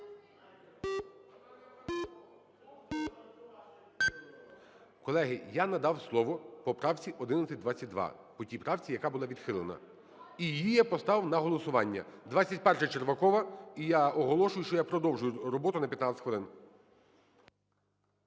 Колеги, я надав слово по правці 1122, по тій правці, яка була відхилена, і її я поставив на голосуванні. 21-а, Червакова. І я оголошую, що я продовжую роботу на 15 хвилин.